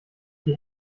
die